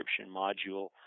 module